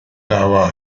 dava